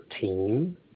team